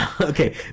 Okay